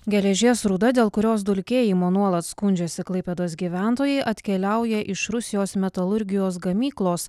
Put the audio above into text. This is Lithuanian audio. geležies rūda dėl kurios dulkėjimo nuolat skundžiasi klaipėdos gyventojai atkeliauja iš rusijos metalurgijos gamyklos